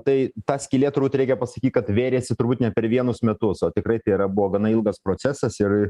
tai ta skylė turbūt reikia pasakyt kad vėrėsi turbūt ne per vienus metus o tikrai tai yra buvo gana ilgas procesas ir